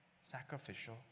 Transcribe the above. sacrificial